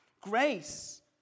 Grace